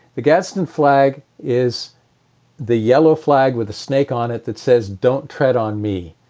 the gadsden flag is the yellow flag with a snake on it that says don't tread on me.